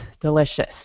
delicious